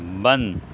بند